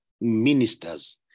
ministers